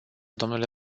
domnule